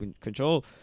control